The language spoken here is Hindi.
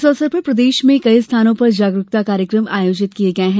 इस अवसर पर प्रदेश में कई स्थानों पर जागरूकता कार्यक्रम आयोजित किये गये हैं